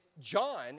John